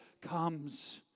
comes